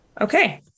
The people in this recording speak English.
Okay